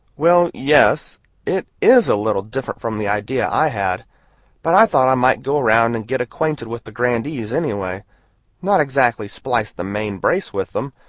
well, yes it is a little different from the idea i had but i thought i might go around and get acquainted with the grandees, anyway not exactly splice the main-brace with them,